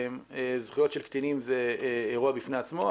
זכויות של קטינים זה אירוע בפני עצמו,